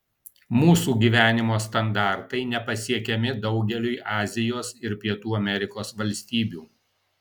mūsų gyvenimo standartai nepasiekiami daugeliui azijos ir pietų amerikos valstybių